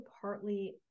partly